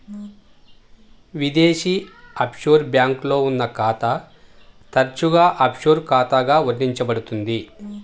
విదేశీ ఆఫ్షోర్ బ్యాంక్లో ఉన్న ఖాతా తరచుగా ఆఫ్షోర్ ఖాతాగా వర్ణించబడుతుంది